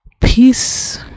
Peace